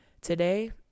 today